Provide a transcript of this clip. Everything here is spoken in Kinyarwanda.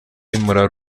y’umura